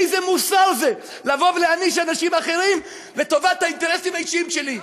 איזה מוסר זה לבוא ולהעניש אנשים אחרים לטובת האינטרסים האישיים שלי?